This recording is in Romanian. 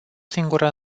singură